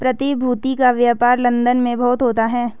प्रतिभूति का व्यापार लन्दन में बहुत होता है